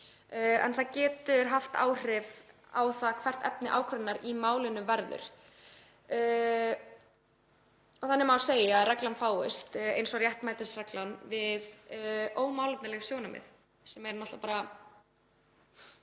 en það getur haft áhrif á það hvert efni ákvörðunar í málinu verður. Þannig má segja að regla eins og réttmætisreglan fáist við ómálefnaleg sjónarmið, sem er náttúrlega bara